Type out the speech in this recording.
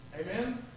Amen